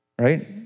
right